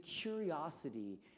curiosity